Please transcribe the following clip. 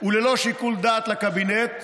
וללא שיקול דעת לקבינט,